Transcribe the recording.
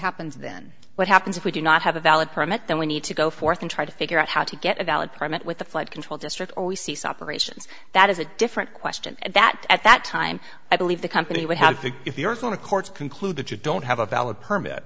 happens then what happens if we do not have a valid permit then we need to go forth and try to figure out how to get a valid permit with the flood control district or we cease operations that is a different question that at that time i believe the company would have to if you're going to court conclude that you don't have a valid permit